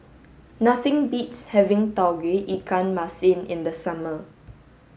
nothing beats having Tauge Ikan Masin in the summer